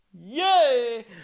Yay